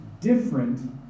different